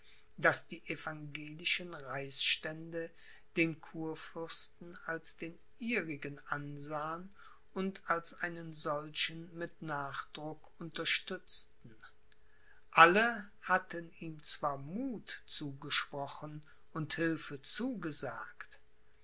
daß die evangelischen reichsstände den kurfürsten als den ihrigen ansahen und als einen solchen mit nachdruck unterstützten alle hatten ihm zwar muth zugesprochen und hilfe zugesagt